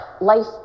life